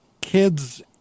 kids